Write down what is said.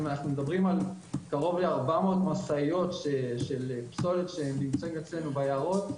אם אנחנו מדברים על קרוב ל-400 משאיות של פסולת שנמצאים אצלנו ביערות,